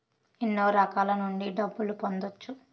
ఎన్నో రకాల నుండి డబ్బులు పొందొచ్చు